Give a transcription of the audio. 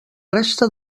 resta